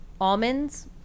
Almonds